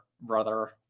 brother